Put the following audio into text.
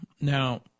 Now